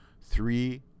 three